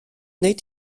nid